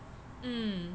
mm